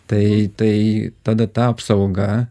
tai tai tada ta apsauga